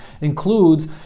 includes